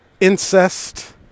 Incest